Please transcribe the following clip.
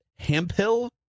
Hampill